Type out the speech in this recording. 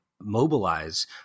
mobilize